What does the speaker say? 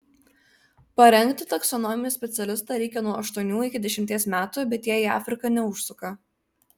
parengti taksonomijos specialistą reikia nuo aštuonių iki dešimties metų bet jie į afriką neužsuka